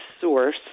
source